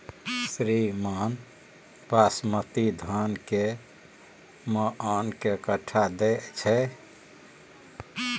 श्रीमान बासमती धान कैए मअन के कट्ठा दैय छैय?